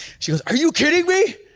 she was, are you kidding me?